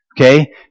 Okay